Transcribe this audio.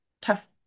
tough